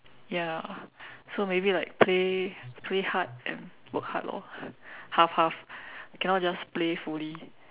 ya so maybe like play play hard and work hard lor half half cannot just play fully